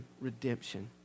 Redemption